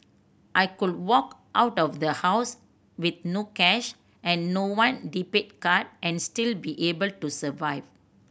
I could walk out of the house with no cash and one debit card and still be able to survive